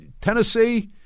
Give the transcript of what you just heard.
Tennessee